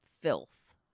filth